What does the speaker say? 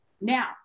now